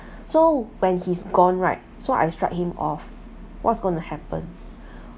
so when he's gone right so I struck him off what's going to happen